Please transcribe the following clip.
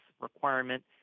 requirement